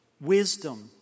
wisdom